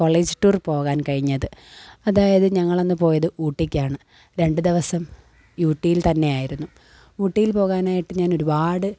college tour പോകാൻ കഴിഞ്ഞത് അതായത് ഞങ്ങളന്ന് പോയത് ഊട്ടിക്കാണ് രണ്ട് ദിവസം ഊട്ടിയിൽത്തന്നെയായിരുന്നു ഊട്ടിയിൽ പോകാനായിട്ട് ഞാനൊരുപാട്